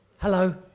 Hello